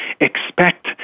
expect